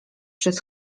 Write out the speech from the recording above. przez